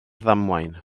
ddamwain